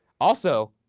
also,